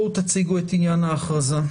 תציגו את עניין ההכרזה.